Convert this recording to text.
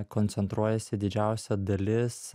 koncentruojasi didžiausia dalis